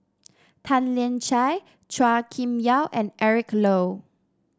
Tan Lian Chye Chua Kim Yeow and Eric Low